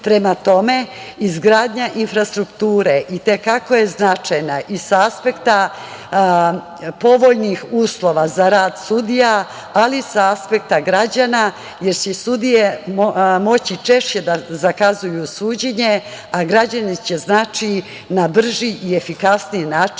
Prema tome, izgradnja infrastrukture i te kako je značajna i sa aspekta povoljnih uslova za rad sudija, ali i sa aspekta građana, jer će sudije moći češće da zakazuju suđenje, a građani će na brži i efikasniji način